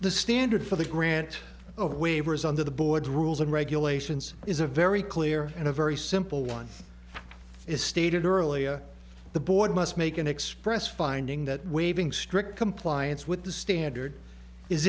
the standard for the grant of waivers under the board's rules and regulations is a very clear and a very simple one as stated earlier the board must make an express finding that waiving strict compliance with the standard is